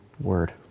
Word